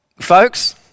folks